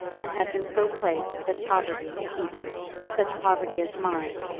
and had been so placed that poverty, even such poverty as mine,